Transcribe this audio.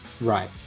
Right